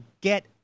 get